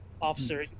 officer